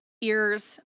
ears